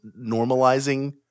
normalizing